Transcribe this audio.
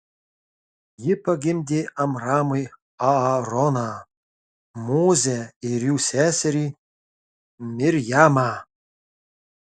ji pagimdė amramui aaroną mozę ir jų seserį mirjamą